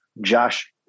Josh